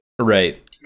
Right